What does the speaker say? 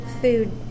food